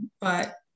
but-